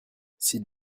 s’il